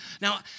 Now